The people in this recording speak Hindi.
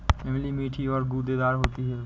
इमली मीठी और गूदेदार होती है